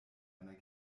einer